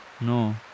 No